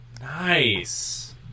nice